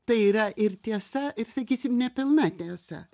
tai yra ir tiesa ir sakysim ne pilna tiesa